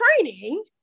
training